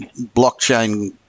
blockchain